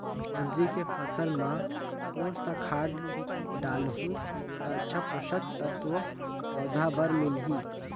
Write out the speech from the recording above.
जोंदरी के फसल मां कोन सा खाद डालहु ता अच्छा पोषक तत्व पौध बार मिलही?